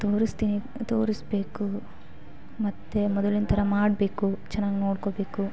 ತೋರಿಸ್ತಿನಿ ತೋರಿಸ್ಬೇಕು ಮತ್ತೆ ಮೊದಲಿನ ಥರ ಮಾಡಬೇಕು ಚೆನ್ನಾಗಿ ನೋಡ್ಕೋಬೇಕು